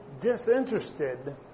disinterested